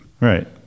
right